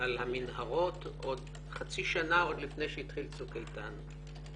על המנהרות עוד חצי שנה לפני שהתחיל "צוק איתן".